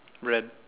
red